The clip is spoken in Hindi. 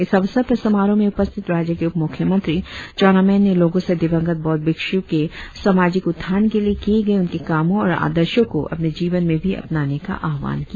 इस अवसर पर समारोह में उपस्थित राज्य के उपमुख्यमंत्री चाऊना मेन ने लोगों से दिवंगत बौद्ध भिक्षू के सामाजिक उत्थान के लिए किए गए उनके कामों और आदर्शों को अपने जीवन में भी अपनाने का आह्वान किया